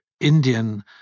Indian